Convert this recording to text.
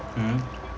mm